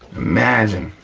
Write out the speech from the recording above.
imagine,